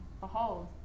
Behold